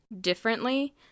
differently